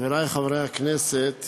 חברי חברי הכנסת